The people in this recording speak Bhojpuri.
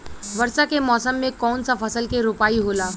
वर्षा के मौसम में कौन सा फसल के रोपाई होला?